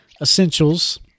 essentials